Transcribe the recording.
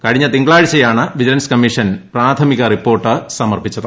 കഴിഞ്ഞു തിങ്കളാഴ്ചയാണ് vigilance commission പ്രാഥമിക റിപ്പോർട്ട് സ്മർപ്പിച്ചത്